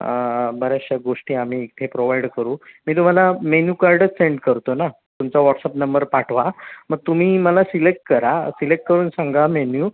बऱ्याचशा गोष्टी आम्ही इथे प्रोव्हाइड करू मी तुम्हाला मेन्यू कार्डच सेंड करतो ना तुमचा वॉट्सअप नंबर पाठवा मग तुम्ही मला सिलेक्ट करा सिलेक्ट करून सांगा मेन्यू